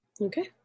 Okay